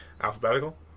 Alphabetical